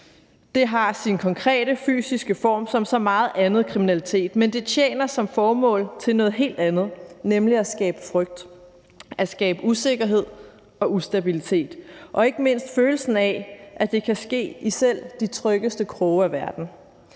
Det har sin konkrete fysiske form som så meget andet kriminalitet, men det tjener som formål til noget helt andet, nemlig at skabe frygt, at skabe usikkerhed og ustabilitet og ikke mindst følelsen af, at det kan ske i selv de tryggeste kroge af verden.